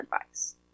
advice